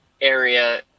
area